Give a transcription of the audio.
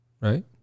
Right